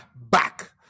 back